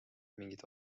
mingit